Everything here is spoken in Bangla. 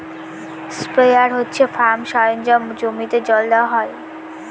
স্প্রেয়ার হচ্ছে ফার্ম সরঞ্জাম জমিতে জল দেওয়া হয়